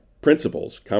principles